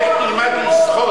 לך תלמד לשחות.